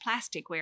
plasticware